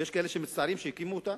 ויש כאלה שמצטערים שהקימו אותה,